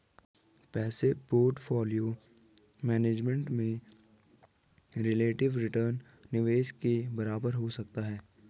passive portfolio management में relative return निवेश के बराबर हो सकता है